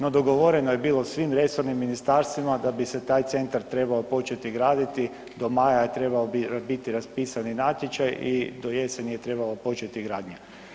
No dogovoreno je bilo u svim resornim ministarstvima da bi se taj centar trebao početi graditi, do maja je trebao biti raspisani natječaj i do jeseni je trebala početi gradnja.